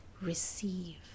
receive